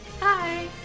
Hi